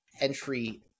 entry